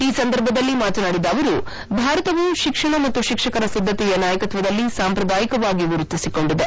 ಈ ಸಂದರ್ಭದಲ್ಲಿ ಮಾತನಾಡಿದ ಅವರು ಭಾರತವು ಶಿಕ್ಷಣ ಮತ್ತು ಶಿಕ್ಷಕರ ಸಿದ್ದತೆಯ ನಾಯಕತ್ವದಲ್ಲಿ ಸಾಂಪ್ರದಾಯಿಕವಾಗಿ ಗುರುತಿಸಿಕೊಂಡಿದೆ